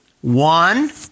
one